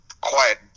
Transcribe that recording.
quiet